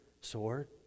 sword